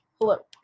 Hello